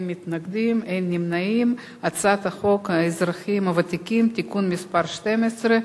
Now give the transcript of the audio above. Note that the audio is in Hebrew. ההצעה להעביר את הצעת חוק האזרחים הוותיקים (תיקון מס' 12)